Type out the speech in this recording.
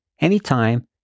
anytime